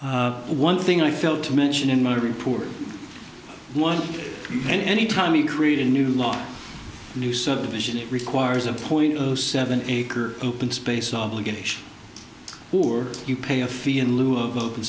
s one thing i felt to mention in madrid poor one any time you create a new law new subdivision it requires a point seven acre open space obligation or you pay a fee in lieu of open